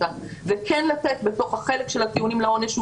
אותה וכן לתת בתוך החלק של הטיעונים לעונש,